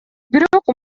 бирок